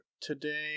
today